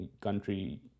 country